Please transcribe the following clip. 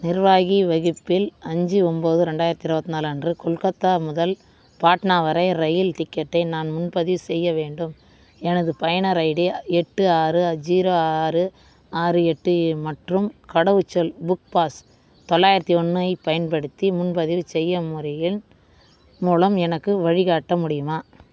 நிர்வாகி வகுப்பில் அஞ்சு ஒம்பது ரெண்டாயிரத்தி இருபத்நாலு அன்று கொல்கத்தா முதல் பாட்னா வரை ரயில் டிக்கெட்டை நான் முன்பதிவு செய்ய வேண்டும் எனது பயனர் ஐடி எட்டு ஆறு ஜீரோ ஆறு ஆறு எட்டு மற்றும் கடவுச்சொல் புக் பாஸ் தொள்ளாயிரத்தி ஒன்னை பயன்படுத்தி முன்பதிவு செய்யும் முறையில் மூலம் எனக்கு வழிகாட்ட முடியுமா